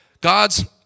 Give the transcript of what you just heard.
God's